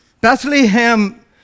Bethlehem